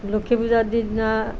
লক্ষী পূজাৰ দিনা